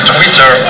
Twitter